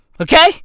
Okay